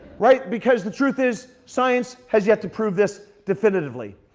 right? because the truth is science has yet to prove this definitively.